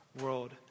world